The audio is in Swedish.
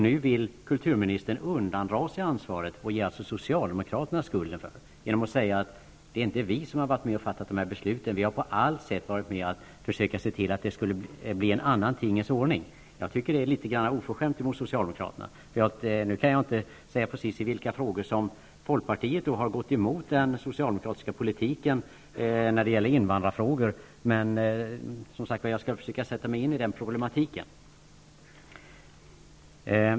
Nu vill kulturministern undandra sig ansvaret och ge socialdemokraterna skulden för besluten genom att säga att det inte är folkpartiet som har varit med och fattat dessa beslut utan att folkpartiet på alla sätt har försökt se till att det skulle bli en annan tingens ordning. Jag tycker att detta är litet oförskämt mot socialdemokraterna. Jag kan inte säga precis i vilka frågor som folkpartiet har gått emot den socialdemokratiska politiken när det gäller invandrarfrågor, men jag skall försöka sätta mig in i denna problematik.